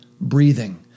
breathing